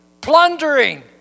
Plundering